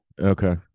Okay